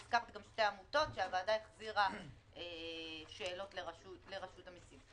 והזכרת גם שתי עמותות שהוועדה החזירה שאלות לרשות המיסים.